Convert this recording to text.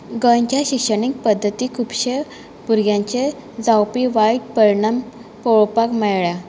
गोंयच्या शिक्षणीक पद्दती खुबश्यो भुरग्यांचेर जावपी वायट परिणाम पळोवपाक मेळ्ळ्या